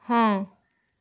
ହଁ